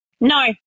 No